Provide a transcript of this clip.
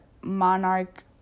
monarch